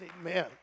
Amen